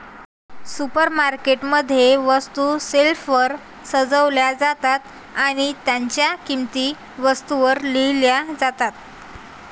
supermarket मध्ये, वस्तू शेल्फवर सजवल्या जातात आणि त्यांच्या किंमती वस्तूंवर लिहिल्या जातात